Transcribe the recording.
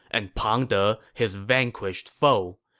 and pang de his vanquished foe.